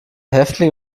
häftling